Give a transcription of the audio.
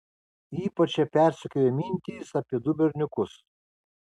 ypač ją persekiojo mintys apie du berniukus